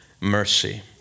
mercy